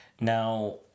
now